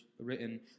written